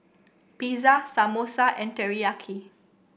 Pizza Samosa and Teriyaki